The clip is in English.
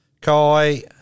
Kai